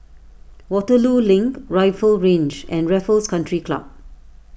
Waterloo Link Rifle Range and Raffles Country Club